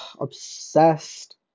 Obsessed